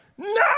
No